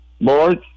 Board